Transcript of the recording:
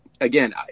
again